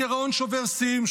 הגירעון שובר שיאים,